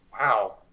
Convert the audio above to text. wow